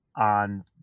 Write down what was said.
on